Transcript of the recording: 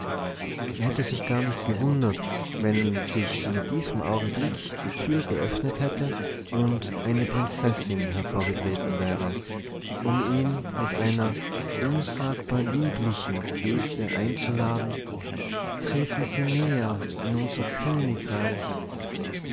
hätte sich gar nicht gewundert wenn sich in diesem augenblick die tür geöffnet hätte und eine prinzessin hervorgetreten wäre um ihn mit einer unsagbar lieblichen geste einzuladen treten sie näher in unser königreich